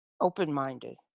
open-minded